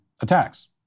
attacks